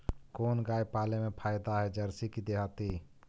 कोन गाय पाले मे फायदा है जरसी कि देहाती?